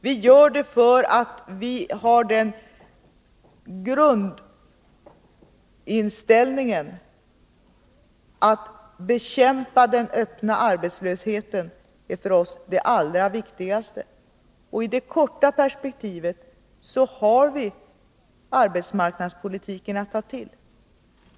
Vi gör det för att vi har en sådan grundinställning, att det allra viktigaste för oss är att bekämpa den öppna arbetslösheten. I det korta perspektivet har vi arbetsmarknadspolitiken att ta till.